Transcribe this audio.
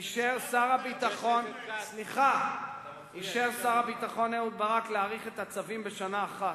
אישר שר הביטחון אהוד ברק להאריך את תוקף הצווים בשנה אחת.